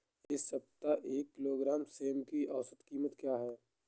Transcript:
इस सप्ताह एक किलोग्राम सेम की औसत कीमत क्या है?